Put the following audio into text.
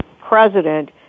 President